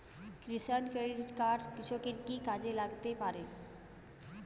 কিষান Credit Card কৃষকের কি কি কাজে লাগতে পারে?